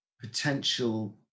potential